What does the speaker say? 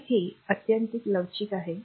तर हे अत्यंत लवचिक आहे